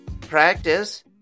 practice